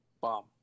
bomb